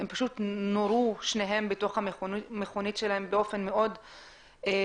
הם נורו שניהם בתוך המכונית שלהם באופן מאוד ברוטלי.